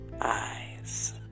eyes